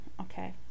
Okay